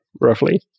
roughly